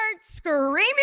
screaming